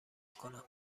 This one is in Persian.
کنم